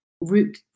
root